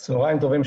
צוהריים טובים,